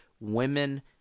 women